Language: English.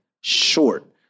short